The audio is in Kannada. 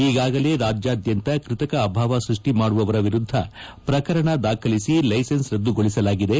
ಈಗಾಗಲೇ ರಾಜ್ಯದ್ಯಾಂತ ಕೃತಕ ಅಭಾವ ಸೃಷ್ಠಿ ಮಾಡುವವರ ವಿರುದ್ದ ಪ್ರಕರಣ ದಾಖಲಿಸಿ ಲೈಸೆನ್ಸ್ ರದ್ದುಗೊಳಿಸಲಾಗಿದೆ